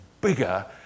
bigger